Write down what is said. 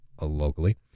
locally